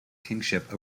kingship